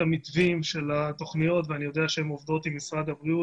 המתווים של התוכניות ואני יודע שהן עוברות במשרד הבריאות,